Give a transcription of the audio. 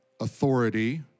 authority